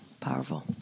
Powerful